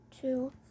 two